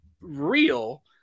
real